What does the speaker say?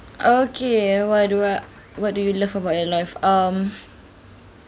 okay what do uh what do you love about your life um